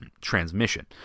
transmission